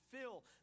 fill